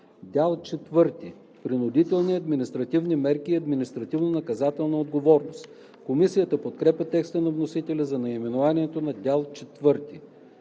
– Принудителни административни мерки и административнонаказателна отговорност“. Комисията подкрепя текста на вносителя за наименованието на Дял